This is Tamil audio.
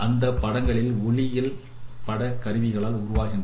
அந்த படங்கள் ஒளியியல் புகைப்படக் கருவியால் உருவாகின்றன